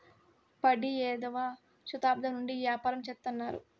పడియేడవ శతాబ్దం నుండి ఈ యాపారం చెత్తన్నారు